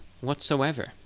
whatsoever